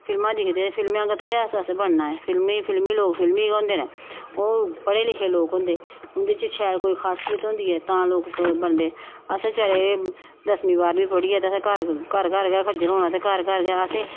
फिल्मां दिखदे फिल्में आंह्गर असें बी ओह् बनना ऐ फिल्मी फिल्मी लोक फिल्मी गै होंदे न ओह् पढ़े लिखे लोक होंदे उं'दे च शैल कोई खासियत होंदी ऐ तां लोग बनदे असें बचैरे एह् दसमीं बाह्रमीं पढ़ियै ते असें घर घर गै खज्जल होना ते घर घर गै असें